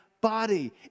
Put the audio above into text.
body